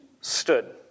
stood